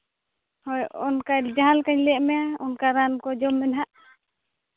ᱦᱳᱭ ᱚᱱᱠᱟ ᱡᱟᱦᱟᱸ ᱞᱮᱠᱟᱧ ᱞᱟᱹᱭᱟᱜ ᱢᱮᱭᱟ ᱚᱱᱠᱟ ᱨᱟᱱ ᱠᱚ ᱡᱚᱢ ᱢᱮ ᱱᱟᱦᱟᱜ